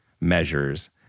measures